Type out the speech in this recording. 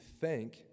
thank